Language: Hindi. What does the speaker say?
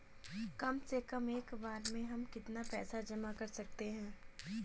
कम से कम एक बार में हम कितना पैसा जमा कर सकते हैं?